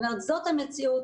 זו המציאות.